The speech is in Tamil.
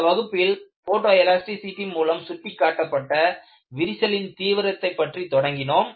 இந்த வகுப்பில் போட்டோ எலாஸ்டிசிடி மூலம் சுட்டிக்காட்டப்பட்ட விரிசலின் தீவிரத்தைப் பற்றி தொடங்கினோம்